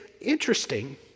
interesting